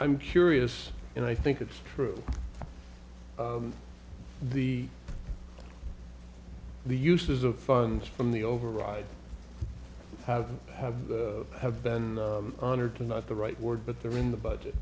i'm curious and i think it's true the the uses of funds from the override have have have been honored not the right word but there in the budget